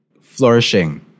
flourishing